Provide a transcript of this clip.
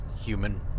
human